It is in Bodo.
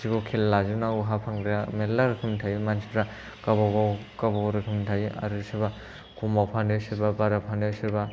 बिसोरखौ खेल लाजोबनांगौ जायो हा फानग्राया मेरला रोखोमनि थायो मानसिफ्रा गावबागाव गावबागाव रोखोमनि थायो आरो सोरबा खमाव फानो सोरबा बारा फानो सोरबा